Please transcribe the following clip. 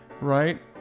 right